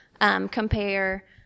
compare